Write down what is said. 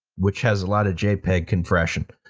which has a lot of jpeg compression.